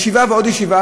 ישיבה ועוד ישיבה,